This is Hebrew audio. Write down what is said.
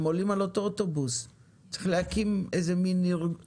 צריך להקים סיוע כזה.